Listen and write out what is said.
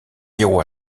iowa